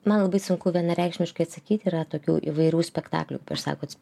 man labai sunku vienareikšmiškai atsakyti yra tokių įvairių spektaklių sakots